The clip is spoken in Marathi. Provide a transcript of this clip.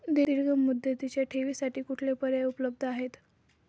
दीर्घ मुदतीच्या ठेवींसाठी कुठले पर्याय उपलब्ध आहेत?